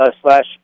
slash